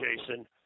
Jason